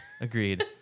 agreed